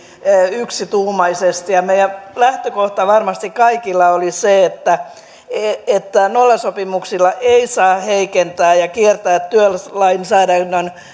yksituumaisesti meidän lähtökohtamme varmasti kaikilla oli se että nollasopimuksilla ei saa heikentää ja kiertää työlainsäädännön